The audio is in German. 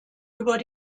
über